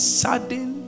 sudden